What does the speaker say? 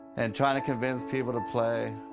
and trying to convince people to play.